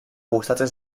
gustatzen